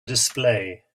display